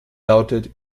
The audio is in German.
lautet